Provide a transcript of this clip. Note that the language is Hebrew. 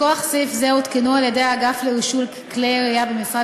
מכוח סעיף זה הותקנו על-ידי האגף לרישוי כלי ירייה במשרד